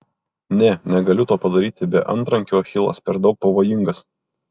ne negaliu to padaryti be antrankių achilas per daug pavojingas